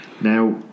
Now